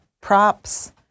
Props